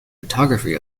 photography